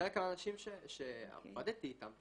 חלק מהאנשים שעבדתי איתם,